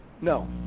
No